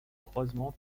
croisement